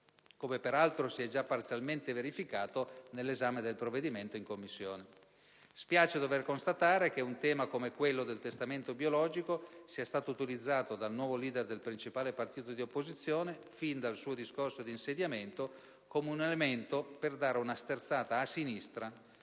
come peraltro si è già parzialmente verificato nell'esame del provvedimento in Commissione. Spiace dover constatare che un tema come quello del testamento biologico sia stato utilizzato dal nuovo leader del principale partito di opposizione, fin dal suo discorso di insediamento, come un elemento per dare una sterzata a sinistra